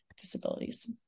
disabilities